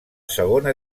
segona